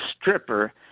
stripper